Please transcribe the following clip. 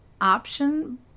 option